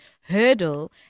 hurdle